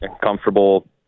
comfortable